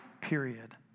period